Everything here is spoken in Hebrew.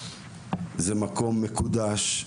מקום מקודש,